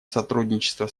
сотрудничества